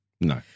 No